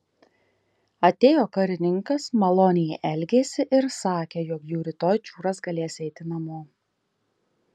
atėjo karininkas maloniai elgėsi ir sakė jog jau rytoj čiūras galės eiti namo